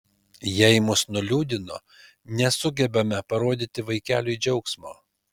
jei mus nuliūdino nesugebame parodyti vaikeliui džiaugsmo